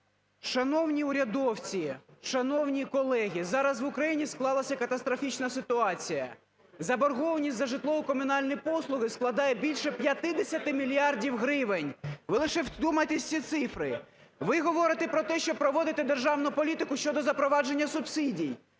Шановні урядовці, шановні колеги, зараз в Україні склалася катастрофічна ситуація: заборгованість за житлово-комунальні послуги складає більше 50 мільярдів гривень, ви лише вдумайтеся в ці цифри. Ви говорите про те, що проводите державну політику щодо запровадження субсидій,